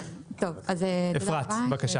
אפרת, בבקשה.